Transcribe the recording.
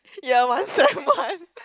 year one sem one